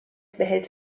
behält